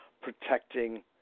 protecting